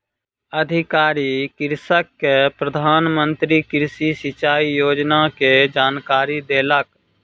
अधिकारी कृषक के प्रधान मंत्री कृषि सिचाई योजना के जानकारी देलक